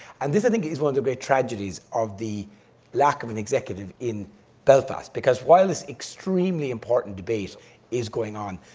and this, i think, is one of the great tragedies of the lack of an executive in belfast, because while this extremely important debate is going on,